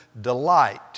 delight